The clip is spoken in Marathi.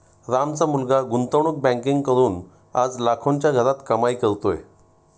रामचा मुलगा गुंतवणूक बँकिंग करून आज लाखोंच्या घरात कमाई करतोय